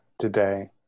today